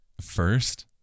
first